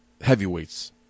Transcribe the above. heavyweights